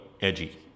edgy